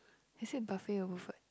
you say buffet or buffet